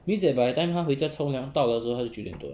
means by the time 她回家冲凉到的时候就九点多了